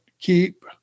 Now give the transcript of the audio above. keep